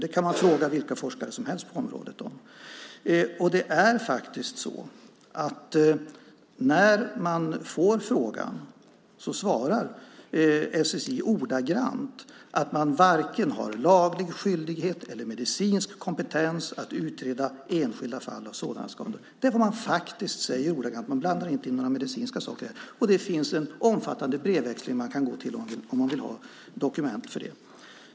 Det kan man fråga vilka forskare som helst på området om. När man får frågan svarar man från SSI, för att vara ordagrann, att man varken har laglig skyldighet eller medicinsk kompetens att utreda enskilda fall av sådan skada. Det är vad man säger, man blandar inte in några medicinska saker här. Det finns en omfattande brevväxling att tillgå om man vill ha dokumentation för det.